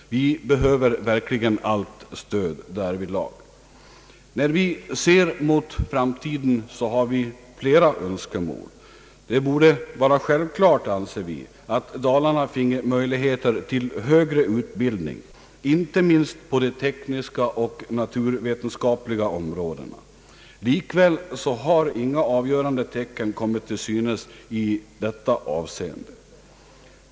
Vi behöver verkligen allt stöd därvidlag. När vi ser mot framtiden har vi flera önskemål. Det borde enligt vår uppfattning vara självklart att Dalarna finge möjligheter till högre utbildning, inte minst på de tekniska och naturvetenskapliga områdena. Likväl har inga avgörande tecken kommit till synes i detta avseende.